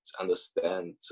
understand